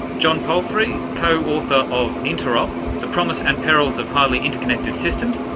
john palfrey, co-author of interop the promise and perils of highly interconnected systems,